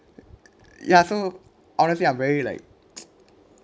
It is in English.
ya so honestly I'm very like